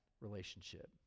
relationship